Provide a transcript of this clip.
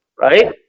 right